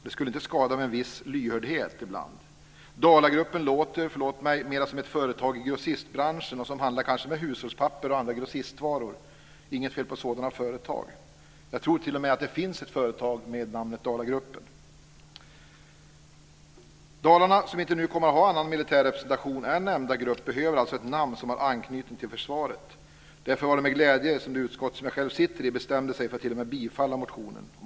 Det skulle inte skada med en viss lyhördhet ibland. Dalagruppen låter - förlåt mig - mera som ett företag i grossistbranschen som handlar kanske med hushållspapper och andra grossistvaror. Det är inget fel på sådana företag. Jag tror att det t.o.m. finns ett företag med namnet Dalagruppen. Dalarna, som nu inte kommer att ha annan militär representation än nämnda grupp, behöver alltså ett namn som har en anknytning till försvaret. Därför var det med glädje som det utskott som jag själv sitter i bestämde sig för att tillstyrka motionerna.